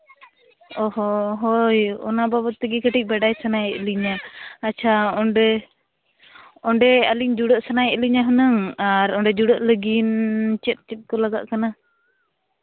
ᱚᱸᱻ ᱦᱚᱸ ᱦᱳᱭ ᱚᱱᱟ ᱵᱟᱵᱚᱫ ᱛᱮᱜᱮ ᱠᱟᱹᱴᱤᱡ ᱵᱟᱰᱟᱭ ᱥᱟᱱᱟᱭᱮᱫ ᱞᱤᱧᱟᱹ ᱟᱪᱪᱷᱟ ᱚᱸᱰᱮ ᱚᱸᱰᱮ ᱟᱹᱞᱤᱧ ᱡᱩᱲᱟᱹᱜ ᱥᱟᱱᱟᱭᱮᱫ ᱞᱤᱧᱟ ᱦᱩᱱᱟᱹᱝ ᱟᱨ ᱚᱸᱰᱮ ᱡᱩᱲᱟᱹᱜ ᱞᱟᱹᱜᱤᱫ ᱪᱮᱫ ᱪᱮᱫ ᱠᱚ ᱞᱟᱜᱟᱜ ᱠᱟᱱᱟ